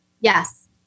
Yes